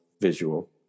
visual